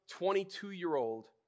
22-year-old